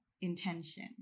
intention